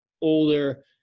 older